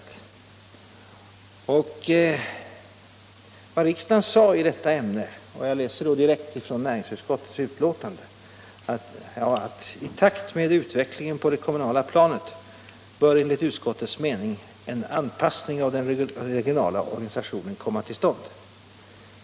Riksdagens ställningstagande i detta ämne kan jag belysa genom att citera direkt ur näringsutskottets betänkande 1975:26: ”I takt med utvecklingen på det kommunala planet bör enligt utskottets mening en anpassning av den regionala organisationen komma till stånd.